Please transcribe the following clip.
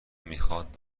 میخواد